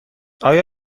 آیا